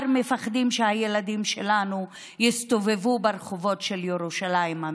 מפחדים שהילדים שלנו יסתובבו ברחובות של ירושלים המזרחית.